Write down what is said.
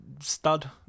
stud